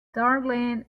darling